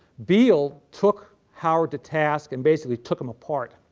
biele took howard to task and basically took him apart.